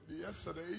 yesterday